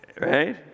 right